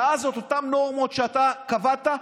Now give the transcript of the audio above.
ואז את אותן נורמות שאתה קבעת,